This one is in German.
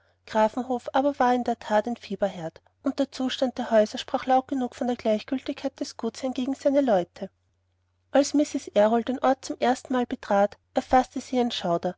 grafenhof war aber in der that ein fieberherd und der zustand der häuser sprach laut genug von der gleichgültigkeit des gutsherrn gegen seine leute als mrs errol den ort zum erstenmal betrat erfaßte sie ein schauder